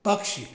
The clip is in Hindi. पक्ष